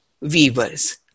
weavers